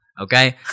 Okay